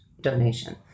donation